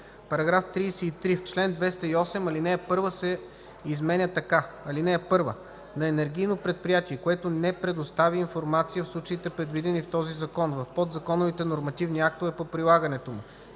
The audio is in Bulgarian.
38з”. § 33. В чл. 208 ал. 1 се изменя така: „(1) На енергийно предприятие, което не предостави информация в случаите, предвидени в този закон, в подзаконовите нормативни актове по прилагането му